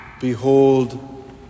behold